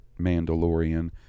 Mandalorian